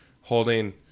holding